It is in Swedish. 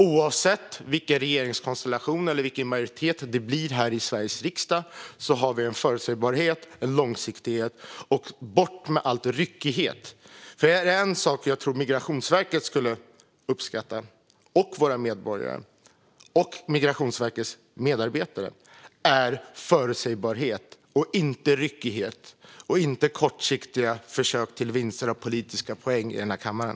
Oavsett vilken regeringskonstellation eller vilken majoritet det blir här i Sveriges riksdag har vi förutsägbarhet och långsiktighet och får bort all ryckighet. Jag tror att Migrationsverkets medarbetare och våra medborgare skulle uppskatta förutsägbarhet och inte ryckighet och kortsiktiga försök till vinster av politiska poäng i den här kammaren.